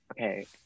Okay